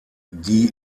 die